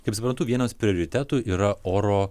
kaip suprantu vienas prioritetų yra oro